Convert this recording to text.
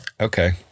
Okay